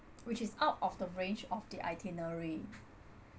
which is out of the range of the itinerary